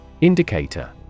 Indicator